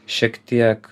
šiek tiek